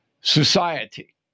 society